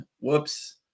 Whoops